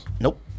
Nope